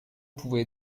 pouvez